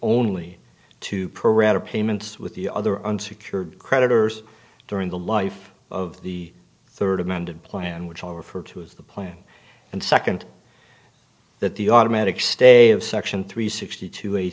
payments with the other unsecured creditors during the life of the third amended plan which i refer to as the plan and second that the automatic stay of section three sixty to eighty